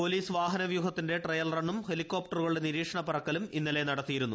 police വാഹനവ്യൂഹത്തിന്റെ trial റണ്ണും ഹെലികോപ്റ്ററുകളുടെ നിരീക്ഷണ പറക്കലും ഇന്നലെ നടത്തിയിരുന്നു